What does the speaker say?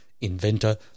inventor